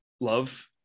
love